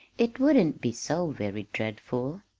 it wouldn't be so very dreadful!